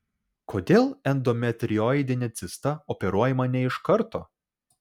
kodėl endometrioidinė cista operuojama ne iš karto